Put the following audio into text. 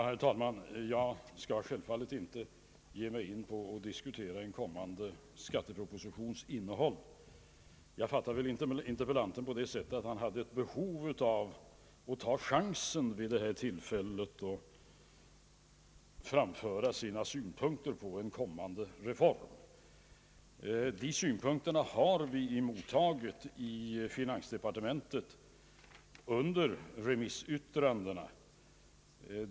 Herr talman! Jag skall självfallet inte ge mig in på en diskussion om en kommande skattepropositions innehåll. Jag fattade interpellanten så att han hade ett behov av att ta chansen att vid det här tillfället framföra sina synpunkter på en kommande reform. De synpunkterna har vi mottagit i finansdepartementet genom remissyttrandena.